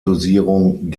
dosierung